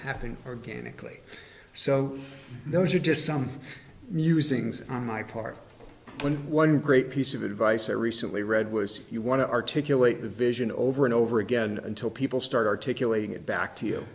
happen organically so those are just some musings on my part one great piece of advice i recently read was you want to articulate the vision over and over again until people start articulating it back to you